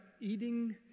eating